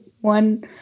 one